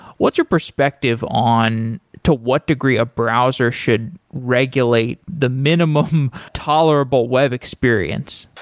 what's your perspective on to what degree of browsers should regulate the minimum tolerable web experience?